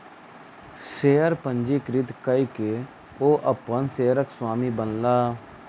share पंजीकृत कय के ओ अपन शेयरक स्वामी बनला